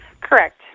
Correct